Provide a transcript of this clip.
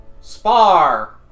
spar